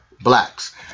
Blacks